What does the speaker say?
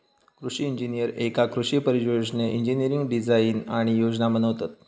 कृषि इंजिनीयर एका कृषि परियोजनेत इंजिनियरिंग डिझाईन आणि योजना बनवतत